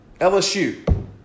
LSU